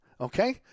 okay